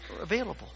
available